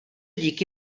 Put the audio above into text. díky